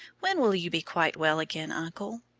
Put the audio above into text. when will you be quite well again, uncle?